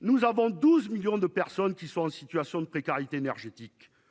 nous avons 12 millions de personnes qui sont en situation de précarité énergétique